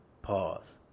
Pause